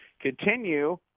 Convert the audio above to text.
continue